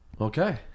Okay